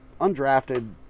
undrafted